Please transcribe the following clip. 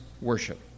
worship